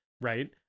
right